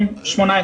ב-2018.